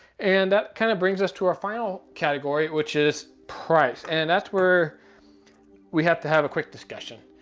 and that kind of brings us to our final category, which is price. and that's where we have to have a quick discussion.